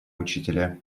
учителя